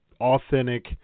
authentic